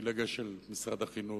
לפילגש של משרד החינוך,